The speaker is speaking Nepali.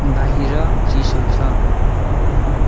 बाहिर चिसो छ